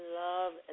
love